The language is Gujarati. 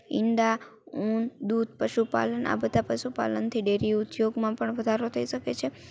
ઈંડા ઉન દૂધ પશુપાલન આ બધા પશુપાલનથી ડેરી ઉદ્યોગમાં પણ વધારો થઈ શકે છે